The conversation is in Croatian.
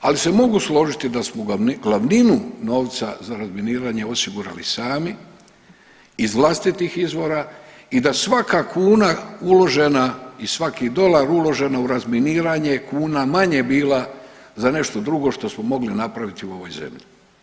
Ali se mogu složiti da smo glavninu novca za razminiranje osigurali sami, iz vlastitih izvora i da svaka kuna uložena i svaki dolar uloženo u razminiranje kuna manje bila za nešto drugo što smo mogli napraviti u ovoj zemlji.